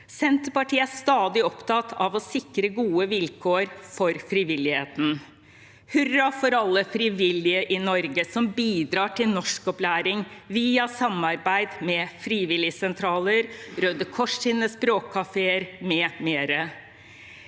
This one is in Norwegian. Senterpartiet er stadig opptatt av å sikre gode vilkår for frivilligheten. Hurra for alle frivillige i Norge som bidrar til norskopplæring via samarbeid med frivilligsentraler, Røde Kors’ språkkafeer,